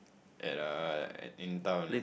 and I'm in town